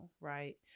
right